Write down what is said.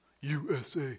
USA